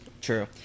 True